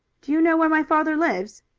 do you know where my father lives?